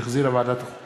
שהחזירה ועדת החוקה,